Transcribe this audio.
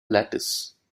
lattice